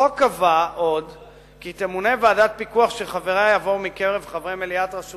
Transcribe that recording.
החוק קבע עוד כי תמונה ועדת פיקוח שחבריה יבואו מקרב חברי מליאת רשות